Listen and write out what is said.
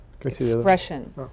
expression